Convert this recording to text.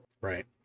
Right